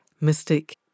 mystic